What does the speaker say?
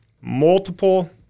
multiple